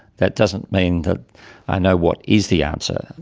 that doesn't mean that i know what is the answer.